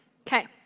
Okay